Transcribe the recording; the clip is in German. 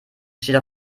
steht